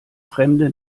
fremde